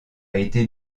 été